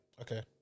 Okay